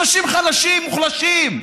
אנשים חלשים, מוחלשים.